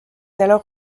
alors